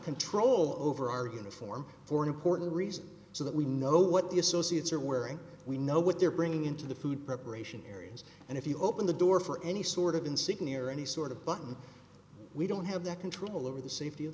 control over our human form for an important reason so that we know what the associates are wearing we know what they're bringing into the food preparation areas and if you open the door for any sort of insignia or any sort of button we don't have that control over the safety of